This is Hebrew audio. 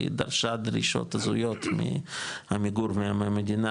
היא דרשה דרישות אזוריות מעמיגור ומהמדינה,